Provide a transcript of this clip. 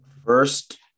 First